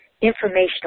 informational